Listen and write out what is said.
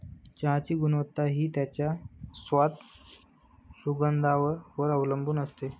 चहाची गुणवत्ता हि त्याच्या स्वाद, सुगंधावर वर अवलंबुन असते